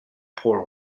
poor